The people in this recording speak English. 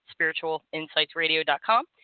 spiritualinsightsradio.com